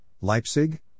Leipzig